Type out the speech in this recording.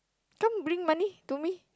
come bring money to me